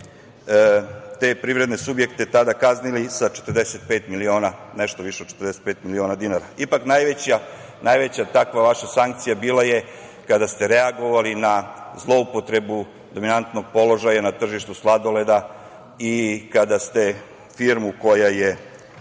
te privredne subjekte tada kaznili sa nešto više od 45 miliona dinara. Ipak, najveća takva vaša sankcija bila je kada ste reagovali na zloupotrebu dominantnog položaja na tržištu sladoleda i kada ste firmu koja je